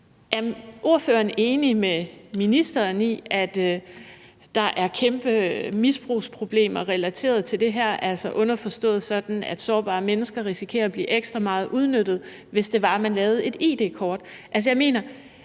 Er ordføreren enig med ministeren i, at der er kæmpe misbrugsproblemer relateret til det her – altså underforstået, at sårbare mennesker ville risikere at blive ekstra udnyttet, hvis man lavede et id-kort?